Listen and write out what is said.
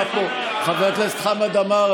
חבר הכנסת חמד עמאר,